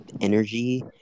energy